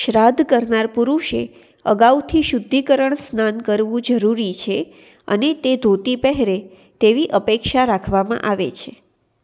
શ્રાદ્ધ કરનાર પુરુષે અગાઉથી શુદ્ધિકરણ સ્નાન કરવું જરૂરી છે અને તે ધોતી પહેરે તેવી અપેક્ષા રાખવામાં આવે છે